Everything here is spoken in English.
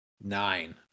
nine